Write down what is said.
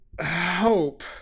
hope